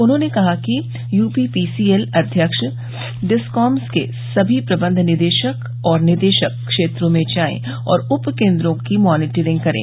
उन्होंने कहा कि यूपी पीसीएल अध्यक्ष डिस्काम्स के सभी प्रबंध निदेशक और निदेशक क्षेत्रों में जाये और उप केन्द्रों की मानीटरिंग करे